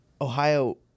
Ohio